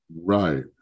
right